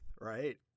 right